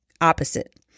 opposite